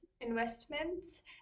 investments